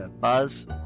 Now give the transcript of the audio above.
Buzz